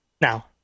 Now